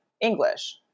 English